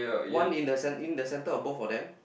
one in the cen~ in the center of both of them